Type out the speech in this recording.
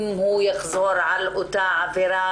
אם יחזור לאותה עבירה,